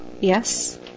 Yes